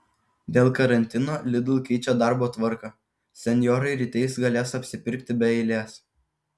dėl karantino lidl keičia darbo tvarką senjorai rytais galės apsipirkti be eilės